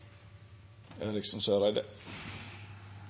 Eriksen Søreide